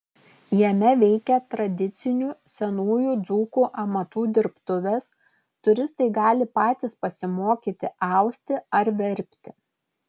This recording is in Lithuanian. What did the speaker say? jame veikia tradicinių senųjų dzūkų amatų dirbtuvės turistai gali patys pasimokyti austi ar verpti